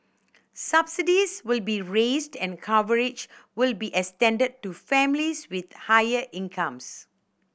subsidies will be raised and coverage will be extended to families with higher incomes